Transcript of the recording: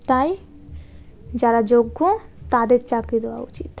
তাই যারা যোগ্য তাদের চাকরি দেওয়া উচিত